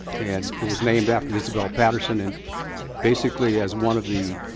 and it was named after isabel patterson, and basically as one of the,